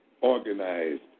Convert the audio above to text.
organized